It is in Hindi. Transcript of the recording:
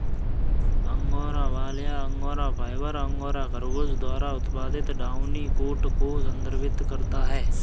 अंगोरा बाल या अंगोरा फाइबर, अंगोरा खरगोश द्वारा उत्पादित डाउनी कोट को संदर्भित करता है